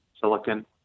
silicon